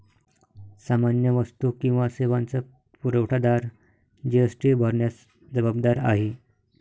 सामान्य वस्तू किंवा सेवांचा पुरवठादार जी.एस.टी भरण्यास जबाबदार आहे